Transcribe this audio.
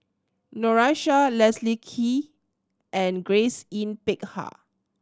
Noor Aishah Leslie Kee and Grace Yin Peck Ha